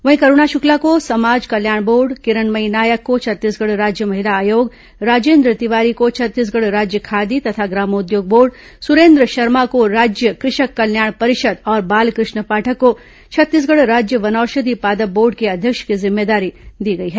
वहीं करूणा शुक्ला को समाज कल्याण बोर्ड किरणमयी नायक को छत्तीसगढ़ राज्य महिला आयोग राजेन्द्र तिवारी को छत्तीसगढ़ राज्य खादी तथा ग्रामोद्योग बोर्ड सुरेन्द्र शर्मा को राज्य कृ धक कल्याण परिषद और बाल क ष्ण पाठक को छत्तीसगढ राज्य वनौषधि पादप बोर्ड के अध्यक्ष की जिम्मेदारी दी गई है